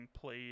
played